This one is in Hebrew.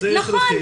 זה הכרחי,